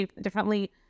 differently